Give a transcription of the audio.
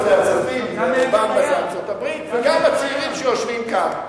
מאות אלפי הצופים וגם הצעירים שיושבים כאן.